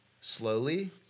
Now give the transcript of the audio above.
slowly